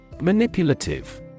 Manipulative